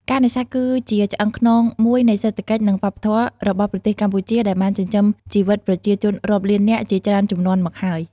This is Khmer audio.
ការនេសាទគឺជាឆ្អឹងខ្នងមួយនៃសេដ្ឋកិច្ច និងវប្បធម៌របស់ប្រទេសកម្ពុជា ដែលបានចិញ្ចឹមជីវិតប្រជាជនរាប់លាននាក់ជាច្រើនជំនាន់មកហើយ។